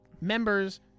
Members